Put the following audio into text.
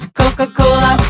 coca-cola